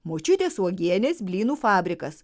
močiutės uogienės blynų fabrikas